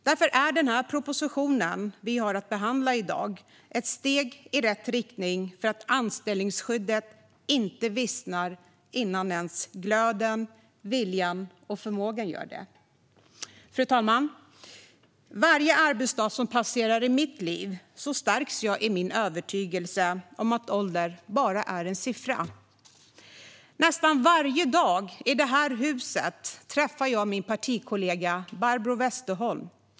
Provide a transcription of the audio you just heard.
Därför är den proposition vi har att behandla i dag ett steg i rätt riktning för att anställningsskyddet inte ska vissna innan glöden, viljan och förmågan gör det. Fru talman! För varje arbetsdag som passerar i mitt liv stärks jag i min övertygelse om att ålder bara är en siffra. Nästan varje dag i det här huset träffar jag min partikollega Barbro Westerholm.